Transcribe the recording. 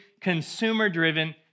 consumer-driven